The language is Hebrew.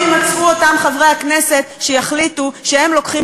אם יימצאו אותם חברי הכנסת שיחליטו שהם לוקחים